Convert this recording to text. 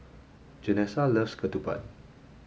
Janessa loves ketupat